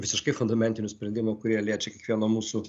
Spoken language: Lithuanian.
visiškai fundamentinių sprendimų kurie liečia kiekvieno mūsų